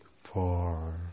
four